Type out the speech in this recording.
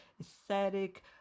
aesthetic